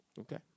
Okay